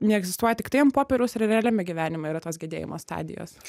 neegzistuoja tiktai ant popieriaus ir realiame gyvenime yra tos gedėjimo stadijos